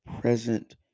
present